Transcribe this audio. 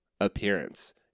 Appearance